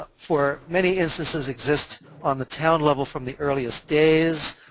ah for many instances, exist on the town level from the earliest days.